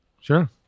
Sure